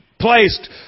placed